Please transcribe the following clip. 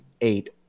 eight